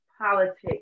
politics